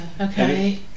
okay